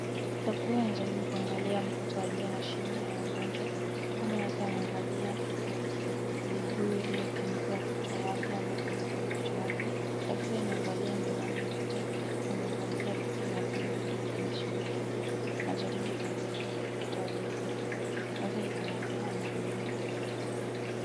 Daktari anajaribu kuangalia mtoto aliye na shida ya ugonjwa. Mama yake amevalia kibuuibui iliyofunika kichwa yake ambapo huoni kichwa yake. Daktari amevalia miwani moja na amevalia kitu ya huduma iliyo kwenye shingo yake. Anajaribu kuangalia mtoto aliye bebwa. Meza iko na dawa na vidonge vya kutumia.